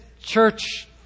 church